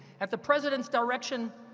at the president's direction,